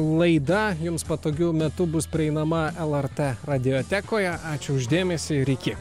laida jums patogiu metu bus prieinama lrt radiotekoje ačiū už dėmesį iki